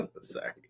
Sorry